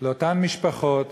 לאותן משפחות